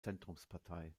zentrumspartei